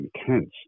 intense